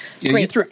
Great